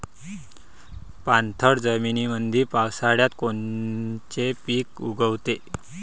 पाणथळ जमीनीमंदी पावसाळ्यात कोनचे पिक उगवते?